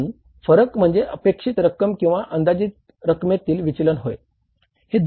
कारण फरक म्हणजे अपेक्षित रक्कम किंवा अंदाजित रक्कमेतील विचलन होय